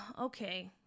okay